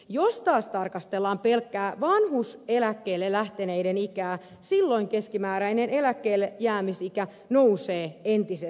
jos taas tarkastellaan pelkkää vanhuuseläkkeelle lähteneiden ikää silloin keskimääräinen eläkkeellejäämisikä nousee entisestään